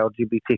LGBT